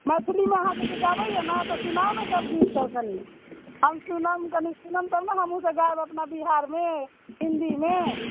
मैथिलीमे अहाँ सभकेँ गाबैए ने तऽ सुनाउ ने सभ गीत सभ कनि हम सुनम कनि सुनम तब ने हमहुँ सभ गाएब अपना बिहारमे हिन्दीमे